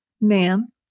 Ma'am